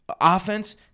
offense